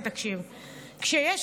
התשפ"ד 2023,